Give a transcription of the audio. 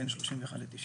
בין 31 ל-90.